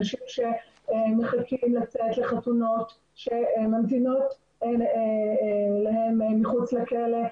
אנשים שמחכים לצאת לחתונות שממתינות להם מחוץ לכלא,